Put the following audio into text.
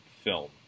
film